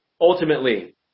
Ultimately